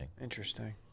Interesting